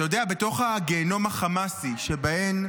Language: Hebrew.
אתה יודע, בתוך הגיהינום החמאסי שבו הן,